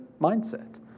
mindset